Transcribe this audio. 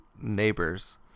neighbors